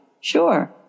sure